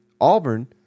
Auburn